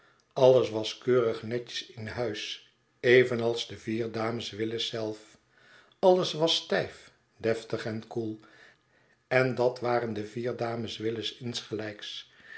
alles was keurig netjes in huis evenals de vier dames willis zelf alles was stijf deftig en koel en dat waren de vier dames willis insgelijks